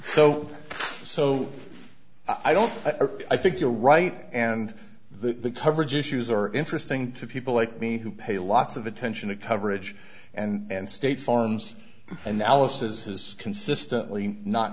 so so i don't i think you're right and the coverage issues are interesting to people like me who pay lots of attention to coverage and state farm's analysis is consistently not